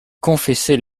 confesser